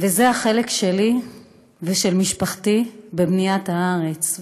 זה החלק שלי ושל משפחתי בבניית הארץ,